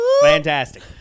fantastic